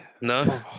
No